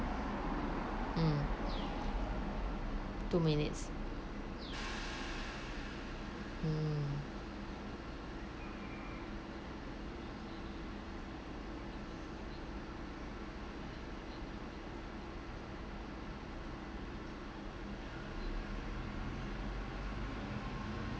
mm two minutes hmm